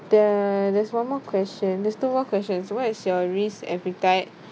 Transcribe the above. there there's one more question there's two more questions what is your risk appetite